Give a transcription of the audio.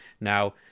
Now